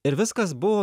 ir viskas buvo